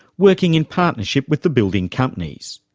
working in partnership with the building companies.